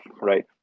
right